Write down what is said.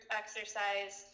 exercise